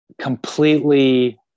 completely